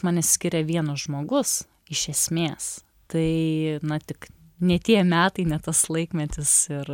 mane skiria vienas žmogus iš esmės tai na tik ne tie metai ne tas laikmetis ir